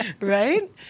right